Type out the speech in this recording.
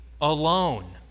alone